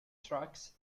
trucks